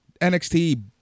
NXT